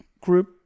group